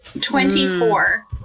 Twenty-four